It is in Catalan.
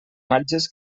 imatges